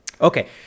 Okay